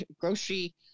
grocery